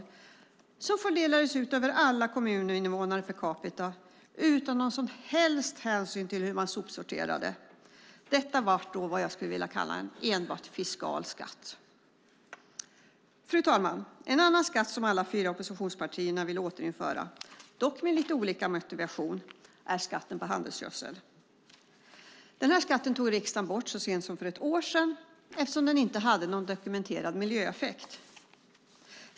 Skatten fördelades över alla kommuninvånare, per capita, utan någon som helst hänsyn tagen till hur det sopsorterades. Det blev vad jag skulle vilja kalla för en enbart fiskal skatt. Fru talman! En annan skatt som alla fyra oppositionspartierna vill återinföra - dock med lite olika motiveringar - är skatten på handelsgödsel. Den skatten tog riksdagen bort så sent som för ett år sedan eftersom den inte hade någon dokumenterad miljöeffekt.